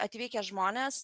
atvykę žmonės